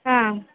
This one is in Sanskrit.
हा